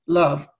love